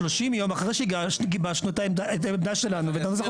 30 ימים אחרי שגיבשנו את העמדה שלנו ואת הנוסח הסופי.